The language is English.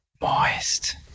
moist